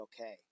okay